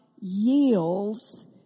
yields